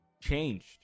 changed